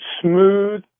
smooth